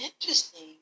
interesting